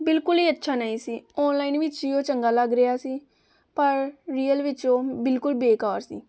ਬਿਲਕੁਲ ਹੀ ਅੱਛਾ ਨਹੀਂ ਸੀ ਓਨਲਾਇਨ ਵਿੱਚ ਹੀ ਉਹ ਚੰਗਾ ਲੱਗ ਰਿਹਾ ਸੀ ਪਰ ਰੀਅਲ ਵਿੱਚ ਉਹ ਬਿਲਕੁਲ ਬੇਕਾਰ ਸੀ